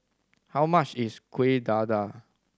how much is Kuih Dadar